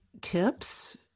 tips